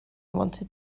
wanted